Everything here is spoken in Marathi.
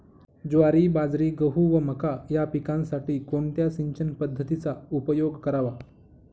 ज्वारी, बाजरी, गहू व मका या पिकांसाठी कोणत्या सिंचन पद्धतीचा उपयोग करावा?